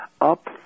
up